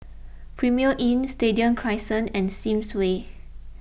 Premier Inn Stadium Crescent and Sims Way